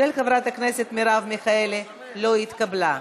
של חברת הכנסת מרב מיכאלי לא התקבלה.